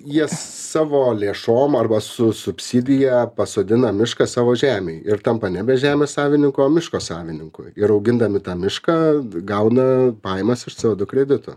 jie savo lėšom arba su subsidija pasodina mišką savo žemėj ir tampa nebe žemės savininku o miško savininku ir augindami tą mišką gauna pajamas iš co du kreditų